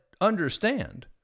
understand